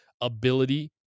ability